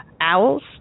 owls